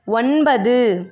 ஒன்பது